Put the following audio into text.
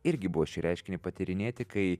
irgi buvo šį reiškinį patyrinėti kai